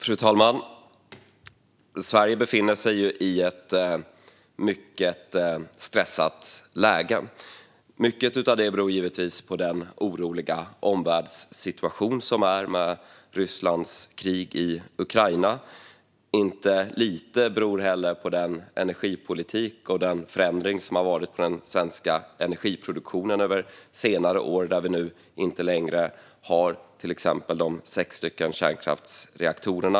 Fru talman! Sverige befinner sig i ett mycket stressat läge. Mycket av det beror givetvis på den oroliga omvärldssituationen med Rysslands krig i Ukraina. Det beror inte heller lite på den energipolitik och förändring som har varit när det gäller den svenska energiproduktionen på senare år. Vi har till exempel inte längre sex kärnkraftsreaktorer.